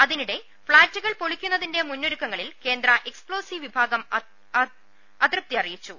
അതിനിടെ ഫ്ളാറ്റുകൾ പൊളിക്കുന്നതിന്റെ മുന്നൊരുക്കങ്ങ ളിൽ കേന്ദ്ര എക്സ്പ്ലോസീവ് വിഭാഗം അതൃപ്തി അറിയിച്ചു